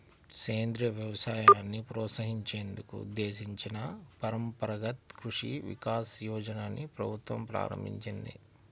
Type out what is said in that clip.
సేంద్రియ వ్యవసాయాన్ని ప్రోత్సహించేందుకు ఉద్దేశించిన పరంపరగత్ కృషి వికాస్ యోజనని ప్రభుత్వం ప్రారంభించింది